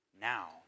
now